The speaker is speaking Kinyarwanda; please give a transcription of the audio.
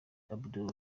abdul